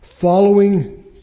Following